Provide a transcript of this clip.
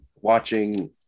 watching